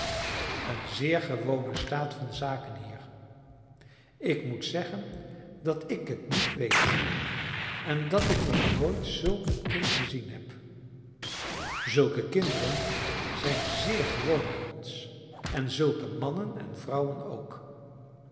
een zeer gewone staat van zaken hier ik moet zeggen dat ik het niet weet en dat ik nog nooit zulk een kind gezien heb zulke kinderen zijn zeer gewoon bij ons en zulke mannen en vrouwen ook